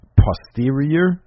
posterior